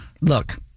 look